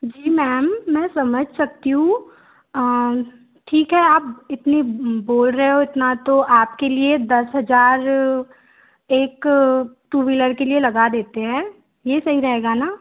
जी ma'am मैं समझ सकती हूँ ठीक है आप इतनी बोल रहे हो इतना तो आपके लिए दस हजार एक टू वीलर के लिए लगा देते हैं ये सही रहेगा न